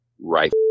right